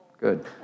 Good